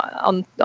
on